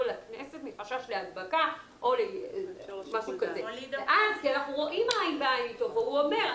לכנסת מחשש להדבקה או משהו כזה כי אנחנו רואים עין בעין איתו והוא אומר,